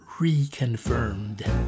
Reconfirmed